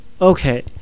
okay